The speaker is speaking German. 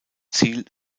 ziel